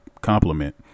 compliment